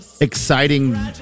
exciting